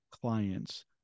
clients